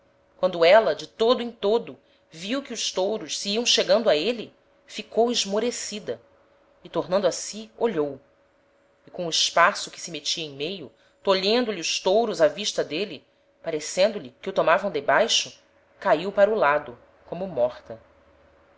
quando éla de todo em todo viu que os touros se iam chegando a êle ficou esmorecida e tornando a si olhou e com o espaço que se metia em meio tolhendo lhe os touros a vista d'ele parecendo-lhe que o tomavam debaixo caiu para o outro lado como morta